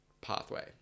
pathway